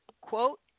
quote